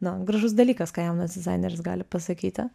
na gražus dalykas ką jaunas dizaineris gali pasakyti